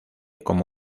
como